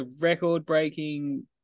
record-breaking